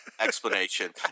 explanation